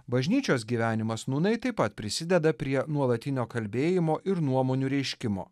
bažnyčios gyvenimas nūnai taip pat prisideda prie nuolatinio kalbėjimo ir nuomonių reiškimo